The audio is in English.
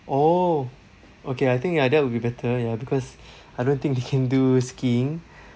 oh okay I think ya that would be better ya because I don't think they can do skiing